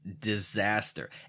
disaster